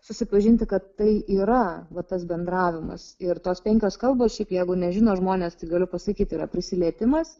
susipažinti kad tai yra va tas bendravimas ir tos penkios kalbos šiaip jeigu nežino žmonės tai galiu pasakyti yra prisilietimas